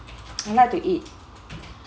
like to eat